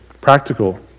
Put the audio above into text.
Practical